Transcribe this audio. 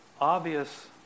obvious